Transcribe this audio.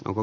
onko